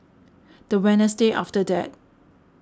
the Wednesday after that